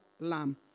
lamb